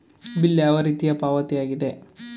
Bill ಯಾವ ರೀತಿಯ ಪಾವತಿಯಾಗಿದೆ?